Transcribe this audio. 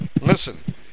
Listen